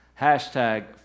Hashtag